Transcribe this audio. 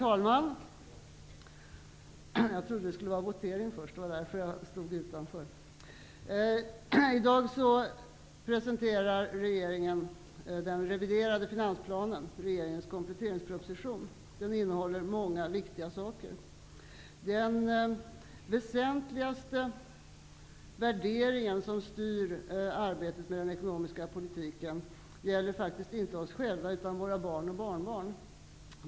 Herr talman! I dag presenterar regeringen den reviderade finansplanen, regeringens kompletteringsproposition. Den innehåller många viktiga saker. Den väsentligaste värdering som styr arbetet med den ekonomiska politiken gäller faktiskt inte oss själva utan våra barn och barnbarn.